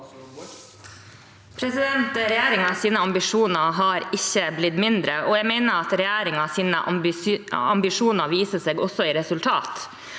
Regjeringens ambisjoner har ikke blitt mindre, og jeg mener at regjeringens ambisjoner vises også i resultat.